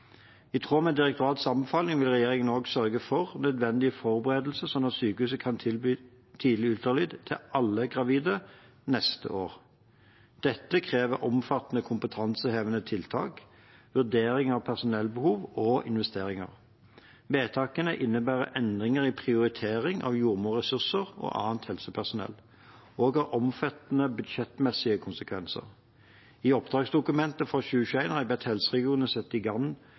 I tråd med direktoratets anbefaling vil regjeringen sørge for nødvendige forberedelser, slik at sykehusene kan tilby tidlig ultralyd til alle gravide neste år. Dette krever omfattende kompetansehevende tiltak, vurdering av personellbehov og investeringer. Vedtakene innebærer endringer i prioritering av jordmorressurser og annet helsepersonell og har omfattende budsjettmessige konsekvenser. I oppdragsdokumentet for 2021 har jeg bedt helseregionene sette i gang